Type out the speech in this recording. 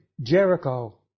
Jericho